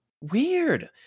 weird